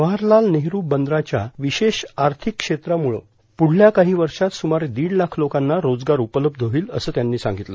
जवाहरलाल नेहरू बंदराच्या विशेष आर्थिक क्षेत्रामुळं पुढल्या काही वर्षात सुमारे दीड लाख लोकांना रोजगार उपलब्ध होईल असं त्यांनी सांगितलं